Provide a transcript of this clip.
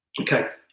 Okay